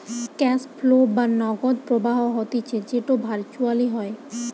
cash flow বা নগদ প্রবাহ হতিছে যেটো ভার্চুয়ালি হয়